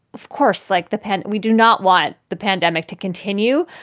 of course, like the pen, we do not want the pandemic to continue,